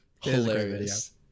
Hilarious